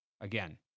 again